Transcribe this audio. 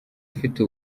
ufite